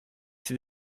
ces